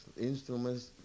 instruments